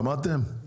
שמעתם?